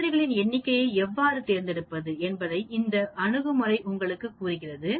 மாதிரிகளின் எண்ணிக்கையை எவ்வாறு தேர்ந்தெடுப்பது என்பதை இந்த அணுகுமுறை உங்களுக்குக் கூறுகிறது